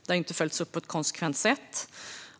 Detta har inte följts upp på ett konsekvent sätt,